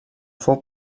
fou